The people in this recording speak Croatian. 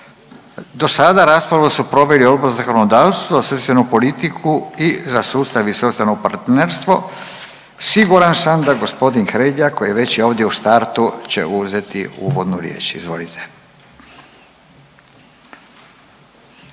Do sada raspravu su proveli Odbor za zakonodavstvo, socijalnu politiku i za sustav i socijalno partnerstvo. Siguran sam da g. Hrelja koji je već ovdje u startu će uzeti uvodnu riječ. Izvolite.